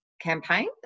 campaign